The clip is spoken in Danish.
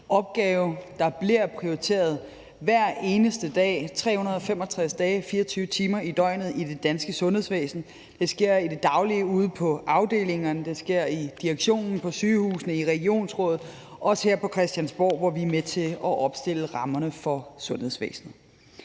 opgave. Der bliver prioriteret hver eneste dag, 365 dage om året og 24 timer i døgnet, i det danske sundhedsvæsen. Det sker i det daglige ude på afdelingerne, det sker i direktionen på sygehusene, i Regionsrådet og også her på Christiansborg, hvor vi er med til at opstille rammerne for sundhedsvæsnet.